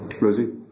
Rosie